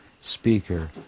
speaker